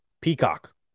Peacock